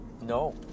No